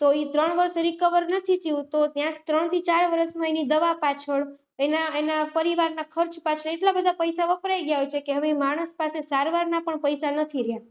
તો એ ત્રણ વર્ષ રિકવર નથી થયું તો ત્યાં ત્રણથી ચાર વર્ષમાં એની દવા પાછળ એના એના પરિવારના ખર્ચ પાછળ એટલા બધા પૈસા વપરાઈ ગયા હોય છે કે હવે માણસ પાસે સારવારના પણ પૈસા નથી રહ્યા